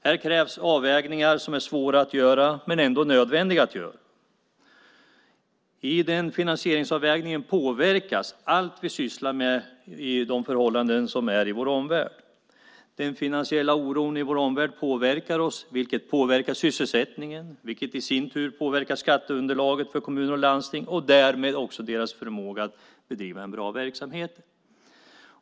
Här krävs avvägningar som är svåra men ändå nödvändiga. I finansieringsavvägningen påverkas allt vi sysslar med av de förhållanden som råder i vår omvärld. Den finansiella oron i vår omvärld påverkar oss, vilket påverkar sysselsättningen, som i sin tur påverkar skatteunderlaget för kommuner och landsting och därmed också deras förmåga att bedriva en bra verksamhet.